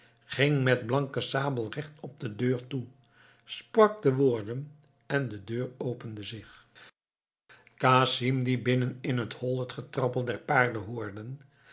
ging met blanke sabel recht op de deur toe sprak de woorden en de deur opende zich casim die binnen in het hol het getrappel der paarden hoorde